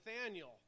Nathaniel